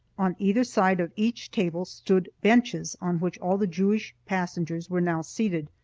on either side of each table stood benches on which all the jewish passengers were now seated,